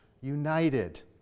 united